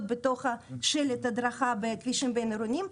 בתוך שלט ההדרכה בכבישים בין עירוניים,